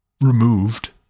removed